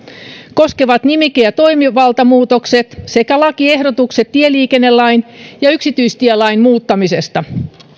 koskevat nimike ja toimivaltamuutokset sekä lakiehdotukset tieliikennelain ja yksityistielain muuttamisesta